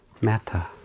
metta